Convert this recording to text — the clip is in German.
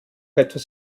etwas